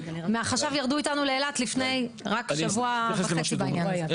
מהחשב ירדו איתנו לאילת רק לפני שבוע וחצי בעניין הזה.